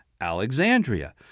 Alexandria